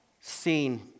seen